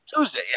Tuesday